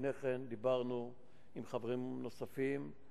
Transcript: לפני כן דיברנו עם חברים נוספים.